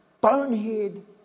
bonehead